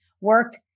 work